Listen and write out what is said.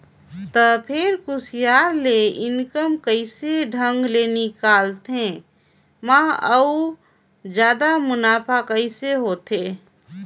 त फेर कुसियार ले इनकम कइसे ढंग ले निकालथे गा अउ जादा मुनाफा कइसे होथे